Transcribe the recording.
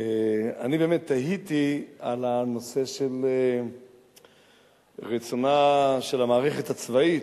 אני באמת תהיתי על הנושא של רצונה של המערכת הצבאית,